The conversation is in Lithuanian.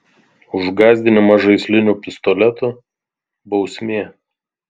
už gąsdinimą žaisliniu pistoletu bausmė